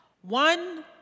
One